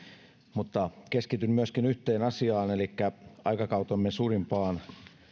mutta keskityn yhteen asiaan elikkä aikakautemme suurimpaan